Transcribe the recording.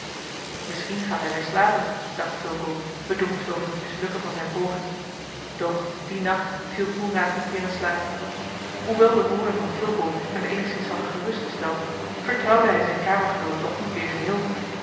misschien gaat hij weer slapen dacht fulco bedroefd over het mislukken van zijne poging doch dien nacht viel coenraad niet weer in slaap hoewel de woorden van fulco hem eenigszins hadden gerustgesteld vertrouwde hij zijn kamergenoot toch niet weer geheel